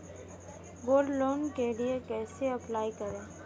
Gold loan के लिए कैसे अप्लाई करें?